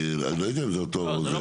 אני לא יודע אם זה אותו דבר.